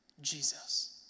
Jesus